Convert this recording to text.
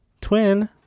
Twin